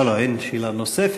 לא, לא, אין שאלה נוספת.